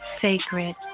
sacred